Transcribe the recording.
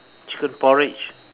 chicken porridge